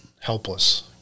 helpless